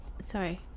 Sorry